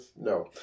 no